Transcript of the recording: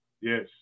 yes